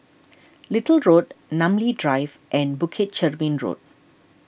Little Road Namly Drive and Bukit Chermin Road